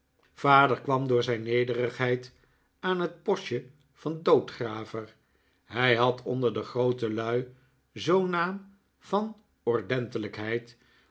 vader kwam door zijn nederigheid aan het postje van doodgraver hij had onder de groote lui zoo'n naam van